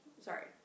sorry